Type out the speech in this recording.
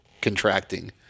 contracting